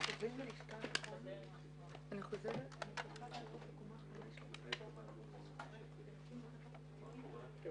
הישיבה ננעלה בשעה 13:40.